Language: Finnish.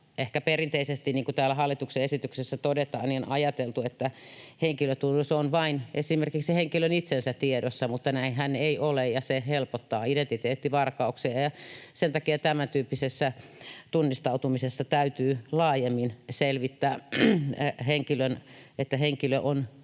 perinteisesti, niin kuin täällä hallituksen esityksessä todetaan, on ajateltu, että henkilötunnus on vain esimerkiksi henkilön itsensä tiedossa, mutta näinhän ei ole ja se helpottaa identiteettivarkauksia. Sen takia tämäntyyppisessä tunnistautumisessa täytyy laajemmin selvittää, että henkilö on